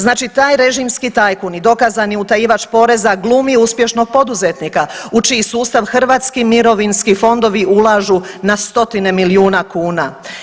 Znači taj režimski tajkun i dokazani utajivač poreza glumi uspješnog poduzetnika u čiji sustav hrvatski mirovinski fondovi ulažu na stotine milijuna kuna.